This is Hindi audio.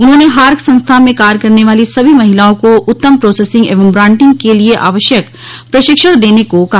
उन्होंने हार्क संस्था में कार्य करने वाली सभी महिलाओं को उत्तम प्रोसेसिंग एवं ब्रान्डिंग के लिए आवश्यक प्रशिक्षण देने को कहा